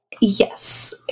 Yes